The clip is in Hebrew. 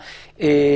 במהות.